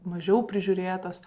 mažiau prižiūrėtas